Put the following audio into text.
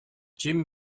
jim